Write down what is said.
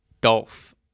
Dolph